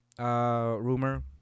rumor